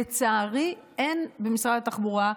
לצערי אין במשרד התחבורה,